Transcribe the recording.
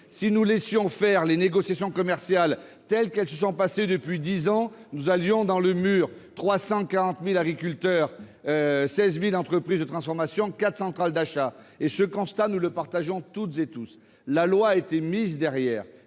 si nous laissions se dérouler les négociations commerciales telles qu'elles se passent depuis dix ans, nous allions dans le mur : 340 000 agriculteurs, 16 000 entreprises de transformation, 4 centrales d'achat ! Ce constat, nous le partageons toutes et tous. Après les